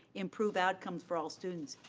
improve outcomes for all students,